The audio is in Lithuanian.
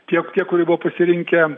tiek tie kurie buvo pasirinkę